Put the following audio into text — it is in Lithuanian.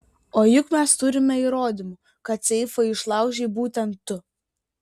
o juk mes turime įrodymų kad seifą išlaužei būtent tu